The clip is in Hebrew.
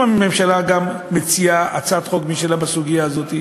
אם הממשלה מציעה הצעת חוק משלה בסוגיה הזאת,